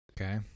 Okay